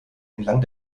entlang